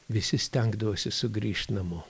visi stengdavosi sugrįžt namo